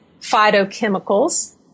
phytochemicals